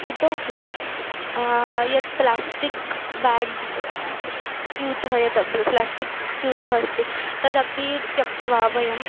इतोऽपि यत् plastic bags स्यूतः यत् प्लास्टिक् स्यूतः अस्ति तदपि त्यक्त्वा वयं